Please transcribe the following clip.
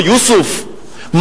או יוסוף,